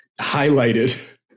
Highlighted